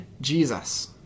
Jesus